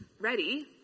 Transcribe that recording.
ready